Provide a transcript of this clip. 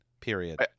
Period